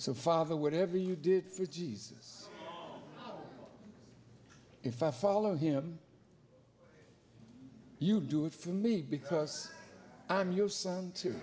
father whatever you did for jesus if i follow him you do it for me because i'm your son to